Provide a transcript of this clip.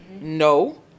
No